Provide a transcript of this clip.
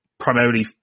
primarily